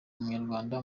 umunyarwanda